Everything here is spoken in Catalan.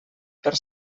per